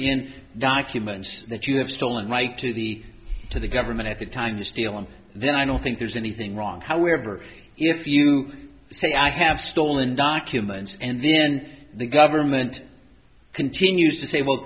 in documents that you have stolen right to the to the government at the time this deal and then i don't think there's anything wrong however if you say i have stolen documents and then the government continues